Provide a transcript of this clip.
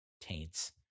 taints